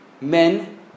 Men